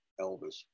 elvis